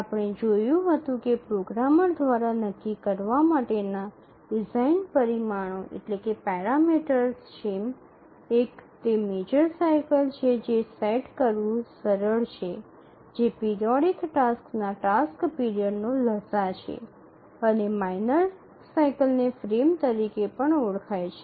આપણે જોયું હતું કે પ્રોગ્રામર દ્વારા નક્કી કરવા માટેના ડિઝાઇન પરિમાણો છે એક તે મેજર સાઇકલ છે જે સેટ કરવું સરળ છે જે પિરિયોડિક ટાસક્સના ટાસ્ક પીરિયડનો લસાઅ છે અને માઇનર સાઇકલને ફ્રેમ તરીકે પણ ઓળખાય છે